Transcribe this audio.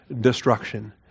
destruction